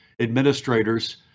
administrators